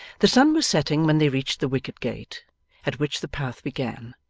the sun was setting when they reached the wicket-gate at which the path began,